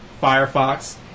Firefox